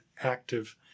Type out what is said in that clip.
active